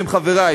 שהם חברי,